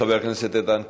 חבר הכנסת איתן כבל,